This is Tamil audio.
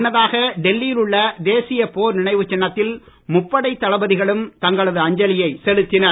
முன்னதாக டெல்லியில் உள்ள தேசிய போர் நினைவுச் சின்னத்தில் முப்படைத் தளபதிகளும் தங்களது அஞ்சலியை செலுத்தினர்